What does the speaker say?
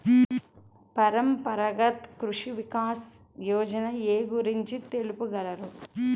పరంపరాగత్ కృషి వికాస్ యోజన ఏ గురించి తెలుపగలరు?